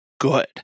good